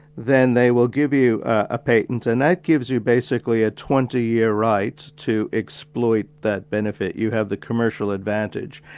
then they will give you a patent, and that gives you basically a twenty year right to exploit that benefit. you have the commercial advantage.